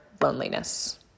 loneliness